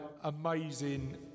amazing